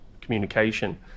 communication